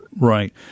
Right